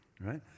right